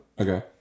Okay